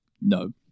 no